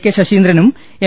K ശശീന്ദ്രനും M